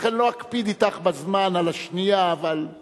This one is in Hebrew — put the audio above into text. לכן לא אקפיד אתך בזמן על השנייה, אבל יותר